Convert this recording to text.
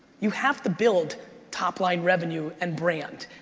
you have to build top-line revenue and brand.